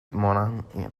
monahan